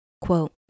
quote